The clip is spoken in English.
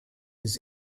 his